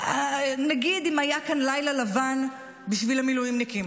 נגיד, אם היה כאן לילה לבן בשביל המילואימניקים